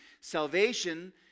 salvation